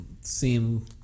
seem